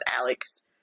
alex